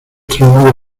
trono